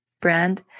brand